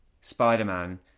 Spider-Man